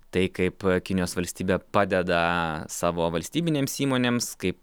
tai kaip kinijos valstybė padeda savo valstybinėms įmonėms kaip